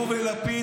הוא ולפיד,